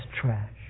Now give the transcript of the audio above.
trash